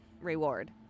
Reward